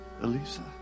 Elisa